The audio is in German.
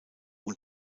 und